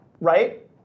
right